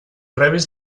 rebis